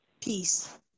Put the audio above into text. Peace